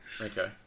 Okay